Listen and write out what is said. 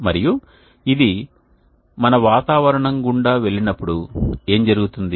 మరియు ఇది మన వాతావరణం గుండా వెళ్ళినప్పుడు ఏమి జరుగుతుంది